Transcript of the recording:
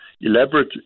elaborate